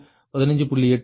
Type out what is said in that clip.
8 கோணம் 108